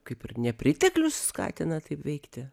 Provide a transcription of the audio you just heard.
kaip ir nepriteklius skatina taip veikti